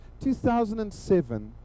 2007